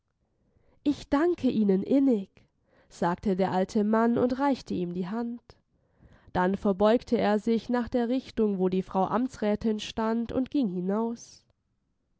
ich danke ihnen innig sagte der alte mann und reichte ihm die hand dann verbeugte er sich nach der richtung wo die frau amtsrätin stand und ging hinaus